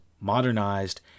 modernized